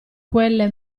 quelle